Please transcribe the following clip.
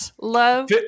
Love